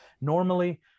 Normally